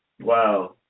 wow